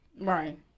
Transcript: Right